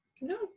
no